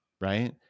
right